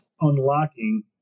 unlocking